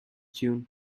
june